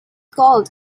called